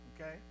okay